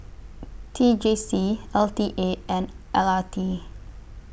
T J C L T A and L R T